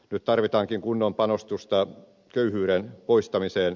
nyt tarvitaankin kunnon panostusta köyhyyden poistamiseen